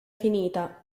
finita